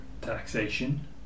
taxation